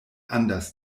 anders